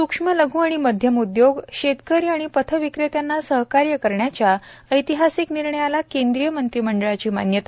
सूक्ष्म लघ् व मध्यम उदयोग शेतकरी आणि पथ विक्रेत्यांना सहकार्य करण्याच्या ऐतिहासिक निर्णयास केंद्रीय मंत्रीमंडळाची मान्यता